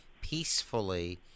peacefully